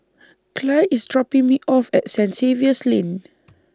Clide IS dropping Me off At Saint Xavier's Lane